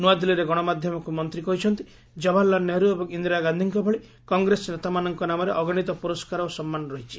ନୂଆଦିଲ୍ଲୀରେ ଗଣମାଧ୍ୟମକୁ ମନ୍ତ୍ରୀ କହିଛନ୍ତି ଜବାହରଲାଲ୍ ନେହେରୁ ଏବଂ ଇନ୍ଦିରା ଗାନ୍ଧିଙ୍କ ଭଳି କଂଗ୍ରେସ ନେତାମାନଙ୍କ ନାମରେ ଅଗଣିତ ପୁରସ୍କାର ଓ ସମ୍ମାନ ରହିଛି